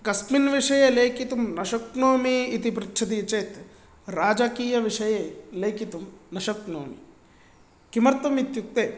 कस्मिन् विषये लेखितुं न शक्नोमि इति पृच्छति चेत् राजकीयविषये लेखितुं न शक्नोमि किमर्थम् इत्युक्ते